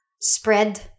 spread